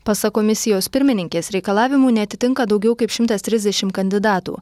pasak komisijos pirmininkės reikalavimų neatitinka daugiau kaip šimtas trisdešim kandidatų